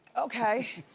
okay.